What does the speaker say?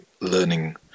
learning